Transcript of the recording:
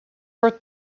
for